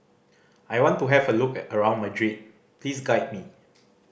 I want to have a look around Madrid please guide me